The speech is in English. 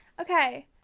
Okay